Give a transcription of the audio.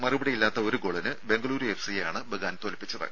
മറുപടിയില്ലാത്ത ഒരു ഗോളിന് ബെങ്കലൂരു എഫ്സി യെയാണ് ബഗാൻ തോൽപ്പിച്ചത്